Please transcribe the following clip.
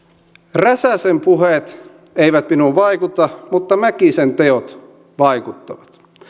räsäsen puheet eivät minuun vaikuta mutta mäkisen teot vaikuttavat